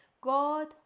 God